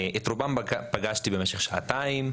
את רובם פגשתי למשך שעתיים,